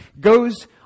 Goes